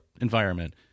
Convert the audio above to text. environment